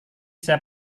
saya